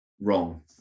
wrong